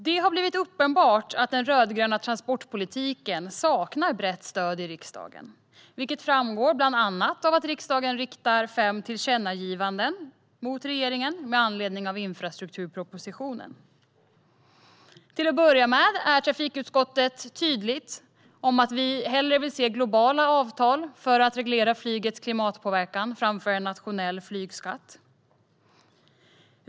Det har blivit uppenbart att den rödgröna transportpolitiken saknar brett stöd i riksdagen. Det framgår bland annat av att riksdagen riktar fem tillkännagivanden till regeringen med anledning av infrastrukturpropositionen. Trafikutskottet är tydligt med att man vill se globala avtal för att reglera flygets klimatpåverkan hellre än en nationell flygskatt.